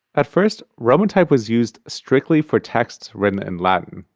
at first, roman type was used strictly for texts written in latin,